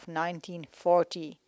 1940